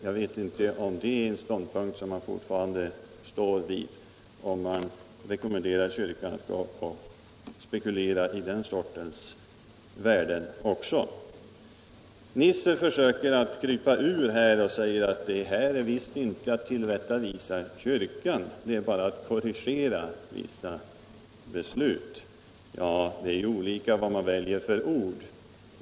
Jag vet inte om det är en ståndpunkt som man fortfarande står fast vid, dvs. att man rekommenderar kyrkan att spekulera i den sortens värden också. Herr Nisser försöker krypa ur det här, och han säger att detta inte är att tillrättavisa kyrkan. Det innebär bara att man korrigerar vissa beslut, säger herr Nisser. Det är ju olika vad man väljer för ord.